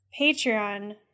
Patreon